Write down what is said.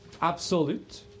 absolute